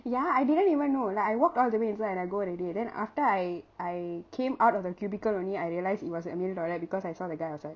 ya I didn't even know like I walked all the way inside and I go already then after I I came out of the cubicle only I realised it was a male toilet because I saw the guy outside